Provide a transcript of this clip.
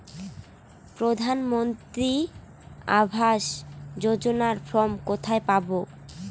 প্রধান মন্ত্রী আবাস যোজনার ফর্ম কোথায় পাব?